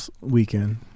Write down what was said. weekend